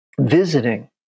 visiting